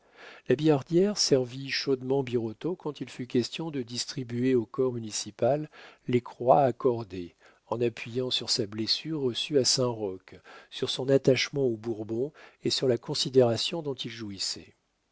la billardière servit chaudement birotteau quand il fut question de distribuer au corps municipal les croix accordées en appuyant sur sa blessure reçue à saint-roch sur son attachement aux bourbons et sur la considération dont il jouissait